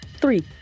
three